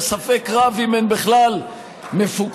שספק רב אם הן בכלל מפוקחות,